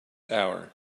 hour